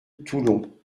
toulon